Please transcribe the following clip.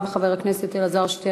שאי-אפשר היה לגשת לבתים.